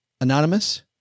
anonymous